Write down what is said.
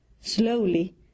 Slowly